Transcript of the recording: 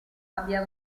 abbia